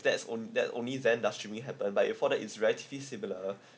that's on~ that only then that should be happen but if for the is right feasible uh